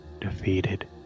defeated